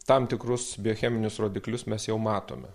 tam tikrus biocheminius rodiklius mes jau matome